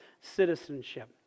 citizenship